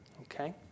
Okay